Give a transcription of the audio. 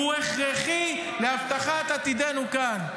-- הוא הכרחי להבטחת עתידנו כאן.